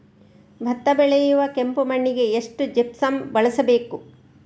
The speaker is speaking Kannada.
ಭತ್ತ ಬೆಳೆಯುವ ಕೆಂಪು ಮಣ್ಣಿಗೆ ಎಷ್ಟು ಜಿಪ್ಸಮ್ ಬಳಸಬೇಕು?